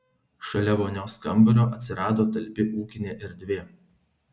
šalia vonios kambario atsirado talpi ūkinė erdvė